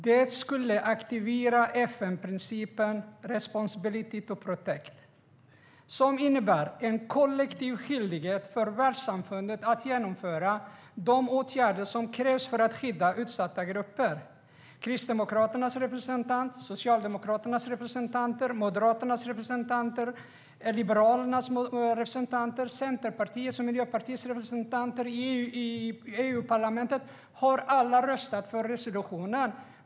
Detta skulle aktivera FN-principen responsibility to protect, som innebär en kollektiv skyldighet för världssamfundet att genomföra de åtgärder som krävs för att skydda utsatta grupper. Kristdemokraternas, Socialdemokraternas, Moderaternas, Liberalernas, Centerpartiets och Miljöpartiets representanter i EU-parlamentet har alla röstat för resolutionen.